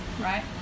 Right